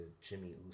Jimmy